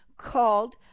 called